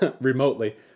remotely